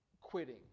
quitting